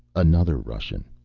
another russian.